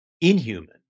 inhuman